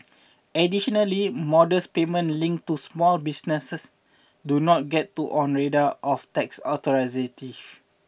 additionally modest payments linked to small business do not get on the radar of tax authorities